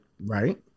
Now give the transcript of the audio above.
Right